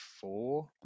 four